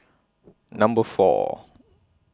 Number four